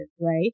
right